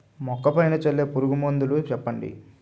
మొక్క పైన చల్లే పురుగు మందులు చెప్పండి?